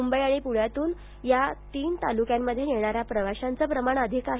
मुंबई आणि पुण्यातून याच तीन तालुक्यांमध्ये येणाऱ्या प्रवाशांचं प्रमाण अधिक आहे